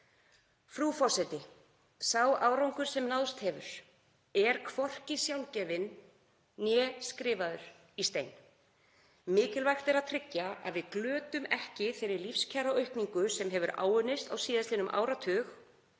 Frú forseti. Sá árangur sem náðst hefur er hvorki sjálfgefinn né meitlaður í stein. Mikilvægt er að tryggja að við glötum ekki þeirri lífskjaraaukningu sem hefur áunnist á síðastliðnum áratug.